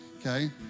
Okay